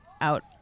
out